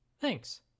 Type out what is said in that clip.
Thanks